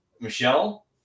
Michelle